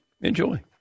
enjoy